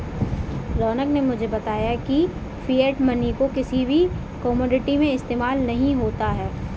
रौनक ने मुझे बताया की फिएट मनी को किसी भी कोमोडिटी में इस्तेमाल नहीं होता है